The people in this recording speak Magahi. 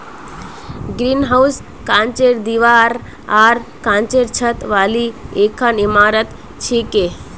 ग्रीनहाउस कांचेर दीवार आर कांचेर छत वाली एकखन इमारत छिके